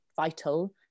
vital